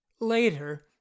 Later